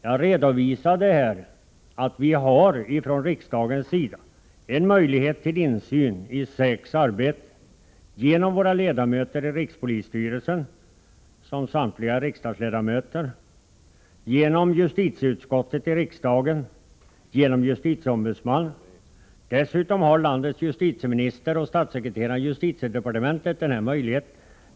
Jag redovisade att vi från riksdagens sida har möjligheter till insyn i säk:s arbete genom våra ledamöter i rikspolisstyrelsen, som samtliga är riksdagsledamöter, genom riksdagens justitieutskott och genom justitieombudsmannen. Dessutom har landets justitieminister och statssekreteraren i justitiedepartementet denna möjlighet.